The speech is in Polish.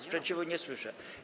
Sprzeciwu nie słyszę.